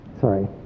Sorry